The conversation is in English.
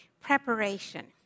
preparation